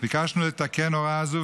ביקשנו לתקן הוראה זו,